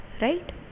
right